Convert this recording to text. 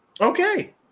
okay